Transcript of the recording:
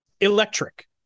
Electric